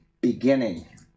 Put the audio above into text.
beginning